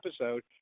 episode